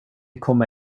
komma